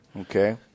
Okay